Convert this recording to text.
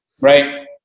right